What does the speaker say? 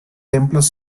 templos